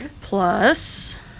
plus